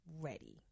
ready